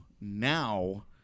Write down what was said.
now